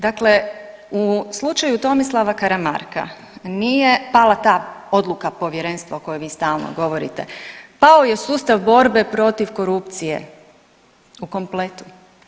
Dakle, u slučaju Tomislava Karamarka nije pala ta odluka povjerenstva o kojoj vi stalno govorite, pao je sustav borbe protiv korupcije u kompletu.